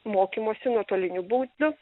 mokymosi nuotoliniu būdu